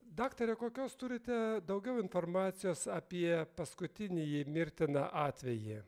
daktare kokios turite daugiau informacijos apie paskutinįjį mirtiną atvejį